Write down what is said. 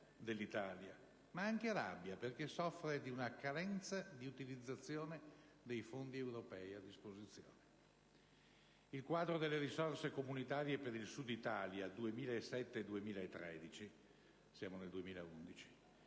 Il quadro delle risorse comunitarie per il Sud Italia per il 2007-2013 (e siamo nel 2011)